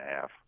half